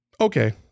Okay